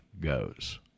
goes